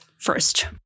first